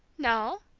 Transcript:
no,